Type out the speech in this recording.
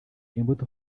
imbuto